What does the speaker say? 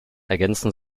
ergänzen